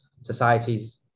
societies